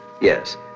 Yes